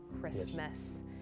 Christmas